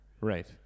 Right